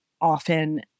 often